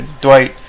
Dwight